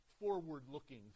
forward-looking